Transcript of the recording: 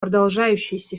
продолжающийся